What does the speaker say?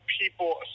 people